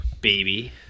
Baby